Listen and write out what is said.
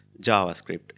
JavaScript